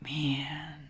Man